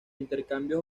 intercambios